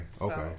Okay